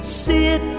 sit